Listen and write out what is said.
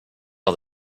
all